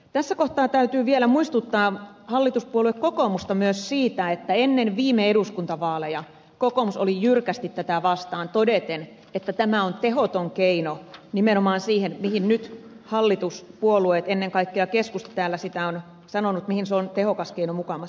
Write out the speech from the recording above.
tässä kohtaa täytyy vielä muistuttaa hallituspuolue kokoomusta myös siitä että ennen viime eduskuntavaaleja kokoomus oli jyrkästi tätä vastaan todeten että tämä on tehoton keino nimenomaan siihen mihin nyt hallituspuolueista ennen kaikkea keskusta täällä on sanonut sen olevan tehokas keino mukamas